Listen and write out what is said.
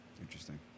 Interesting